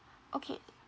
okay